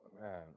man